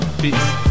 Peace